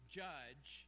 judge